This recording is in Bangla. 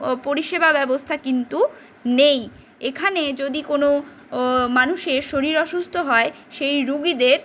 পরিষেবা ব্যবস্থা কিন্তু নেই এখানে যদি কোনো ও মানুষের শরীর অসুস্থ হয় সেই রুগীদের